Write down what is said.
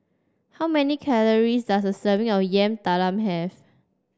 how many calories does a serving of Yam Talam have